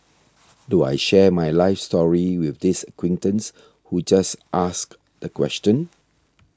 do I share my life story with this acquaintance who just asked the question